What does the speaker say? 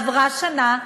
עברה שנה,